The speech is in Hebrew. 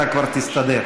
אתה כבר תסתדר.